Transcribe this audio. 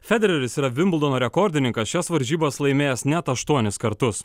federeris yra vimbldono rekordininkas šias varžybas laimėjęs net aštuonis kartus